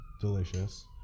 delicious